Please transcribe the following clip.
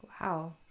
Wow